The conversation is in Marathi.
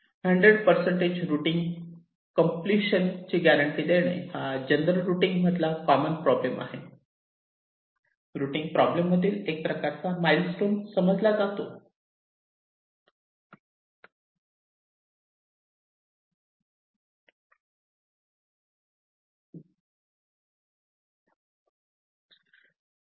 हंड्रेड परसेंटेज रुटींग कॉम्पलेशन ची गॅरंटी देणे हा जनरल रुटींग मधला कॉमन प्रॉब्लेम आहे रुटींग प्रॉब्लेम मधील एक प्रकारचा माइल स्टोन समजला जातो